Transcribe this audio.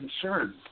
concerned